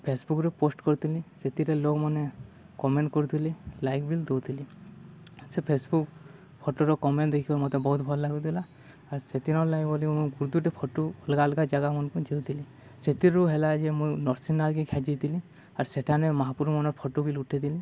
ଫେସବୁକ୍ରୁ post କରୁଥିଲି ସେଥିରେ ଲୋକମାନେ କମେଣ୍ଟ କରୁଥିଲି ଲାଇକ୍ ବି ଦଉଥିଲି ସେ ଫେସବୁକ୍ ଫଟୋର କମେଣ୍ଟ ଦେଖିବ ମୋତେ ବହୁତ ଭଲ ଲାଗୁଥିଲା ଆର୍ ସେଦିନ ବୋଲି ମୁଁ ଗୁରୁତୁଟେ ଫଟୋ ଅଲଗା ଅଲଗା ଜାଗା ମାନଙ୍କୁ ଯାଉଥିଲି ସେଥିରୁ ହେଲା ଯେ ମୁଁ ନର୍ସିଂ ନାକେ ଖାଜିଥିଲି ଆର୍ ସେଠାନେ ମହାପୁରୁ ମନର ଫଟୋ ବିଲ ଉଠାଇଥିଲି